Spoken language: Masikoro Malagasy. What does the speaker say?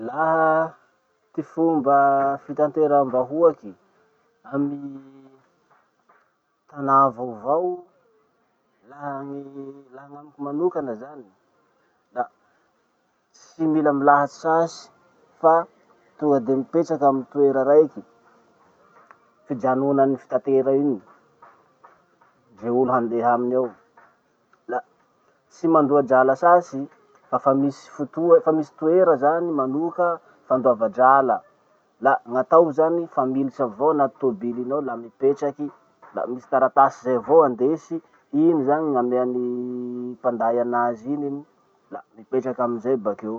Laha ty fomba fitanteram-bahoaky amy tanà vaovao. Laha gny- laha gn'amiko manokana zany da tsy mila milahatsy sasy fa tonga de mipetraky amy toera raiky, fijanonan'ny fitatera iny, ze olo handeha aminy ao. La tsy mandoa drala sasy fa fa misy fotoa- fa misy toera zany manoka fandoava drala. La gn'atao zany fa militsy avao anaty tobily iny ao la mipetraky, misy taratasy zay avao indesy, igny zany gn'amean'ny mpanday anazy iny iny, la mipetraky amizay bakeo.